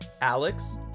alex